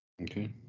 Okay